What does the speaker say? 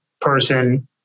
person